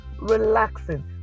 relaxing